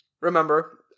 remember